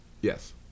yes